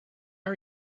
are